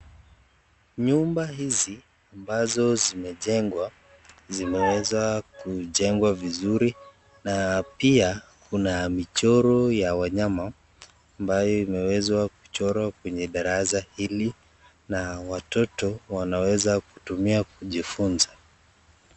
Nyumba hizi ambazo zimejengwa zimeweza kujengwa vizuri na pia kuna michoro ya wanyama ambayo imeweza kuchorwa kwenye darasa hili na watoto wanaweza kutumia kujifunza.